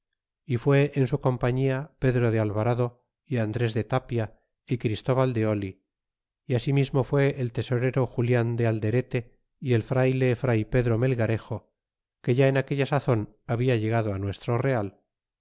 y fue en su compañía pedro de alvarado y andres de tapia y christóbal de oh y asimismo fué el tesorero julian de alderete y el frayle fray pedro melgarejo que ya en aquella sazon habia llegado á nuestro real